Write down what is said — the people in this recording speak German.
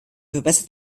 verbessert